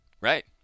Right